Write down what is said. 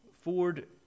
Ford